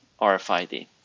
rfid